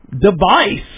device